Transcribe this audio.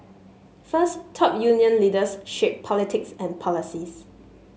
first top union leaders shape politics and policies